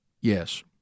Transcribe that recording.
Yes